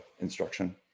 instruction